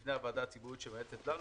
בפני הוועדה הציבורית שמייעצת לנו,